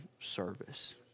service